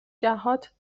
جهات